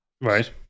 Right